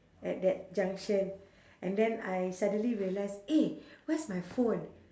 at that junction and then I suddenly realise eh where's my phone